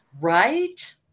Right